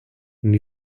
and